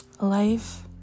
life